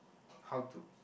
how to